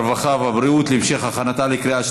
הרווחה והבריאות נתקבלה.